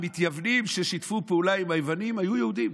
המתייוונים ששיתפו פעולה עם היוונים היו יהודים.